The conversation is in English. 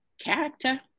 Character